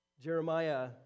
Jeremiah